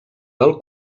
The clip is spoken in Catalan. del